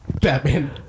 Batman